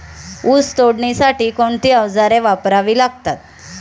ऊस तोडणीसाठी कोणती अवजारे वापरावी लागतात?